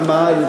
מה?